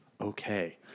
okay